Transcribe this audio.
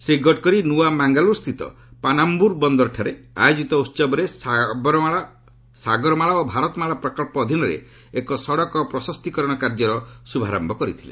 ଶ୍ରୀ ଗଡ଼କରି ନୂଆ ମାଙ୍ଗାଲୁରୁ ସ୍ଥିତ ପାନାମ୍ବୁରୁ ବନ୍ଦରଠାରେ ଆୟୋଜିତ ଉହବରେ ସାଗରମାଳା ଓ ଭାରତ ମାଳା ପ୍ରକଳ୍ପ ଅଧୀନରେ ଏକ ସଡ଼କ ପ୍ରଶସ୍ତିକରଣ କାର୍ଯ୍ୟର ଶ୍ରୁଭାରମ୍ଭ କରିଥିଲେ